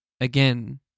again